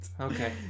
okay